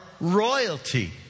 royalty